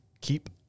keep